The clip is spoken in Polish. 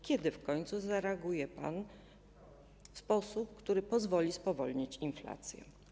Kiedy w końcu zareaguje pan w sposób, który pozwoli spowolnić inflację?